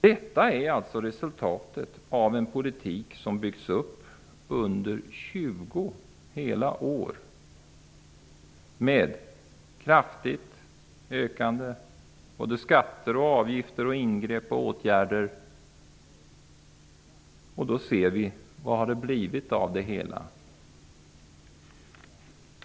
Detta är resultatet av en politik som har byggts upp under 20 hela år: kraftigt ökande skatter, ingrepp och åtgärder. Vad har det då blivit av det hela?